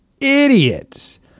idiots